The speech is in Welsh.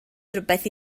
rhywbeth